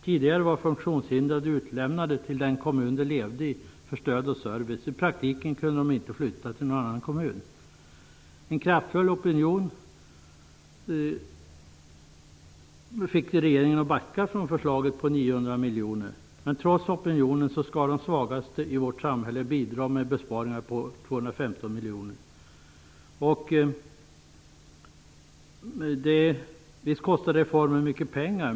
Tidigare var funktionshindrade utlämnade till den kommun som de levde i för stöd och service. I praktiken kunde de inte flytta till en annan kommun. En kraftfull opinion fick regeringen att backa från förslaget om att dra in 900 miljoner kronor. Trots opinionen skall de svagaste i vårt samhälle bidra med besparingar på 215 miljoner kronor. Visst kostar reformen mycket pengar!